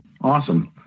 Awesome